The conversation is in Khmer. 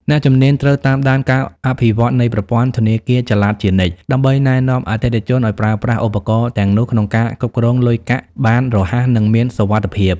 អ្នកជំនាញត្រូវតាមដានការអភិវឌ្ឍន៍នៃប្រព័ន្ធធនាគារចល័តជានិច្ច ដើម្បីណែនាំអតិថិជនឱ្យប្រើប្រាស់ឧបករណ៍ទាំងនោះក្នុងការគ្រប់គ្រងលុយកាក់បានរហ័ស និងមានសុវត្ថិភាព។